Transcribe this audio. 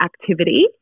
activity